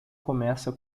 começa